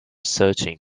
searching